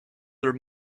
are